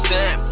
Sam